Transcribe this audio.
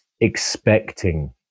expecting